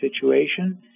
situation